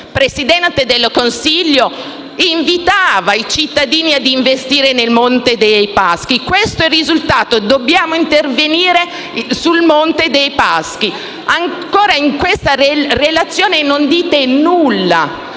Presidente del Consiglio invitava i cittadini ad investire nel Monte dei Paschi di Siena. Questo è il risultato: dobbiamo intervenire sul Monte dei Paschi di Siena. Ancora, in questa relazione non dite nulla